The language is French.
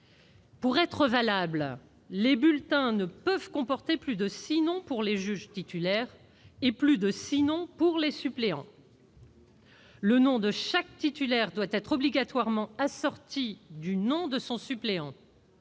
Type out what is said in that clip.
Pour être valables, les bulletins ne peuvent comporter plus de six noms pour les juges titulaires et plus de six noms pour les suppléants. Le nom de chaque titulaire doit être obligatoirement assorti du nom de son suppléant.